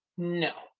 no,